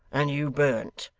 and you burnt.